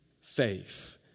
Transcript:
faith